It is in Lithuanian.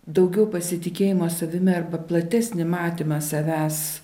daugiau pasitikėjimo savimi arba platesnį matymą savęs